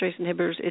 inhibitors